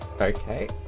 okay